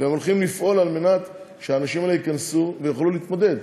והם הולכים לפעול על מנת שהאנשים האלה ייכנסו ויוכלו להתמודד.